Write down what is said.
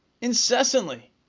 incessantly